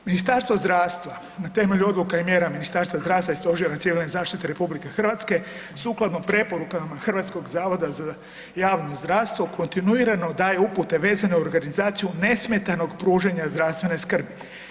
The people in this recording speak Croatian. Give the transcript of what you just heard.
Ministarstvo zdravstva, na temelju odluka i mjera Ministarstva zdravstva i Stožera civilne zaštite RH sukladno preporukama HZJZ-a kontinuirano daje upute vezano uz organizaciju nesmetanog pružanja zdravstvene skrbi.